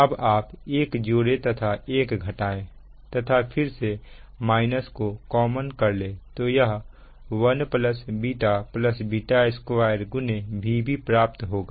अब आप एक जोड़ें तथा एक घटाएं तथा फिर को कॉमन कर ले तो यह 1 β β2 गुने Vb प्राप्त होगा